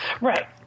Right